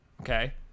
Okay